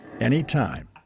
anytime